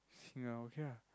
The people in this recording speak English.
singer okay ah